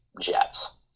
jets